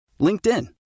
LinkedIn